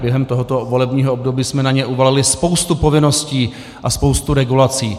Během tohoto volebního období jsme na ně uvalili spoustu povinností a spoustu regulací.